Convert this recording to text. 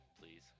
Please